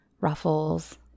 ruffles